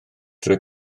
trwy